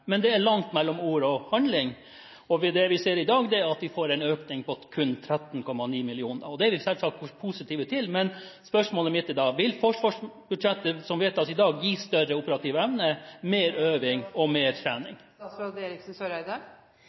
Men det er langt mellom ord og handling. Det vi ser i dag, er at vi får en økning på kun 13,9 mill. kr. Det er vi selvsagt positive til, men spørsmålet mitt er da: Vil forsvarsbudsjettet som vedtas i dag, gi «større operativ evne, mer øving og mer trening»?